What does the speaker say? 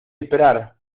esperar